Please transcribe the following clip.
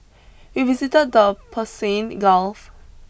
we visited the Persian Gulf